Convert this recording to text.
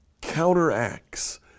counteracts